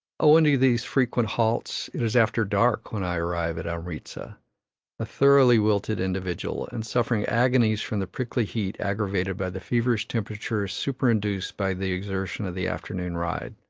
owing to these frequent halts, it is after dark when i arrive at amritza a thoroughly wilted individual, and suffering agonies from the prickly heat aggravated by the feverish temperature superinduced by the exertion of the afternoon ride.